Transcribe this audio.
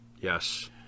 yes